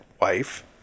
wife